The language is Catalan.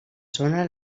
zona